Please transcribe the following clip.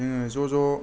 जोङो ज' ज'